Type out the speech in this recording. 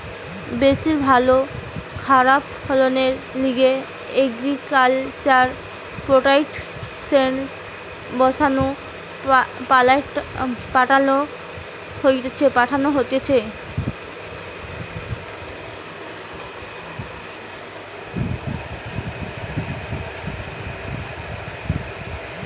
বেশি ভালো খাবার ফলনের লিগে এগ্রিকালচার প্রোডাক্টসের বংশাণু পাল্টানো হতিছে